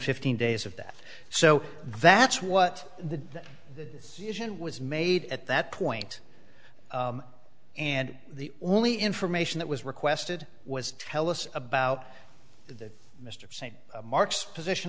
fifteen days of that so that's what the mission was made at that point and the only information that was requested was tell us about that mr st mark's position